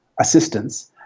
assistance